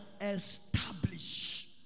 establish